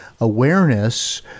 awareness